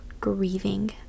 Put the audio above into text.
grieving